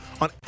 on